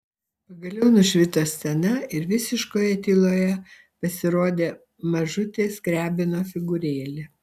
pagaliau nušvito scena ir visiškoje tyloje pasirodė mažutė skriabino figūrėlė